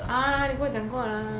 orh 你跟我讲过了